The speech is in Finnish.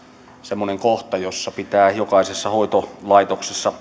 semmoinen kohta jossa pitää jokaisessa hoitolaitoksessa